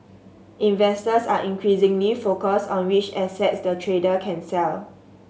investors are increasingly focused on which assets the trader can sell